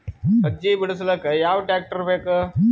ಸಜ್ಜಿ ಬಿಡಿಸಿಲಕ ಯಾವ ಟ್ರಾಕ್ಟರ್ ಬೇಕ?